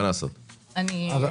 זה יכול לקרות.